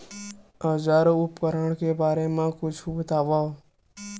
औजार अउ उपकरण के बारे मा कुछु बतावव?